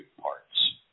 parts